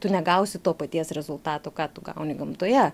tu negausi to paties rezultato ką tu gauni gamtoje